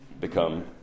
become